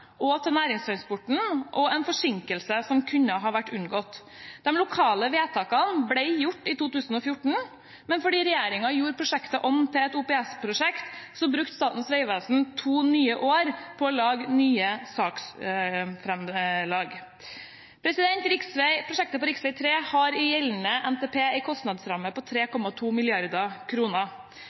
bompenger. Til tross for lavere takster isolert sett påfører man altså her bilistene og næringstransporten en ekstraregning og en forsinkelse som kunne ha vært unngått. De lokale vedtakene ble gjort i 2014, men fordi regjeringen gjorde prosjektet om til et OPS-prosjekt, brukte Statens vegvesen to nye år på å lage nye saksframlegg. Prosjektet på rv. 3 har i gjeldende NTP en kostnadsramme på 3,2